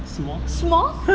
s'mores